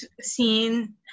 seen